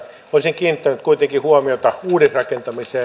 olisin kiinnittänyt kuitenkin huomiota uudisrakentamiseen